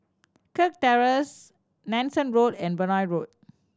Kirk Terrace Nanson Road and Benoi Road